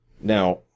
Now